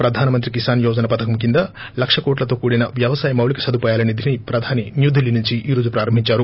ప్రధాన మంత్రి కిసాన్ యోజన పథకం కింద లక్ష కోట్లతో కూడిన వ్యవసాయ మౌలిక సదుపాయాల నిధిని ప్రధాని న్యూధిల్లీ నుంచి ఈ రోజు ప్రారంభించారు